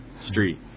Street